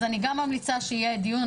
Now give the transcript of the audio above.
אז אני גם ממליצה שיהיה דיון,